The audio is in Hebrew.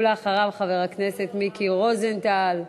אחריו, חבר הכנסת מיקי רוזנטל.